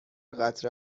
قطره